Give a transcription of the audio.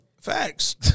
Facts